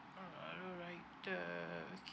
oh alright the